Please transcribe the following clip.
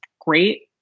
great